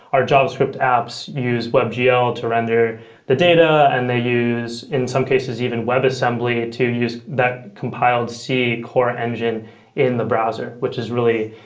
our javascript apps use webgl to render the data and they use, in some cases, even webassembly to use compiled c core engine in the browser, which is really,